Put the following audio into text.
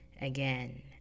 Again